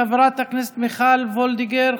חברת הכנסת מיכל וולדיגר,